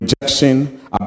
rejection